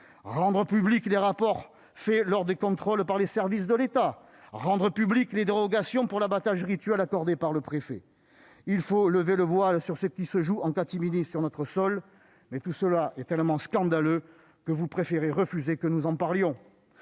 rendre publics les rapports réalisés lors des contrôles par les services de l'État et les dérogations pour l'abattage rituel accordées par le préfet. Il est temps de lever le voile sur ce qui se joue en catimini sur notre sol ! Mais tout cela est tellement scandaleux que vous préférez refuser d'en parler.